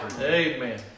Amen